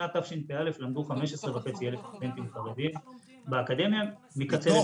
בשנת תשפ"א למדו 15,500 סטודנטים חרדים באקדמיה מקצה לקצה.